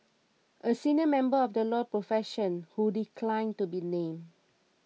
a senior member of the law profession who declined to be named